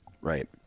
Right